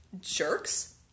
jerks